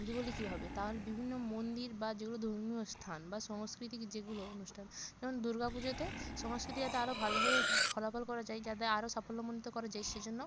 যদি বলি কীভাবে তার বিভিন্ন মন্দির বা যেগুলো ধর্মীয় স্থান বা সাংস্কৃতিক যেগুলো অনুষ্ঠান যেমন দুর্গা পুজোতে সংস্কৃতি যাতে আরো ভালোভাবে ফলাফল করা যায় যাতে আরো সাফল্যমণ্ডিত করা যায় সেজন্য